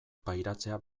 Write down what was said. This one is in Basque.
pairatzea